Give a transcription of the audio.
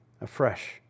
afresh